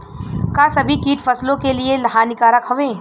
का सभी कीट फसलों के लिए हानिकारक हवें?